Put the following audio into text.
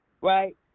right